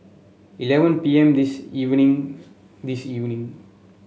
eleven P M this evening this evening